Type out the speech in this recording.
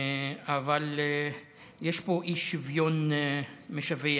אבל יש פה אי-שוויון משווע.